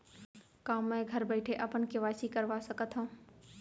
का मैं घर बइठे अपन के.वाई.सी करवा सकत हव?